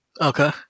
Okay